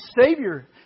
Savior